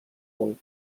vol